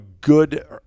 good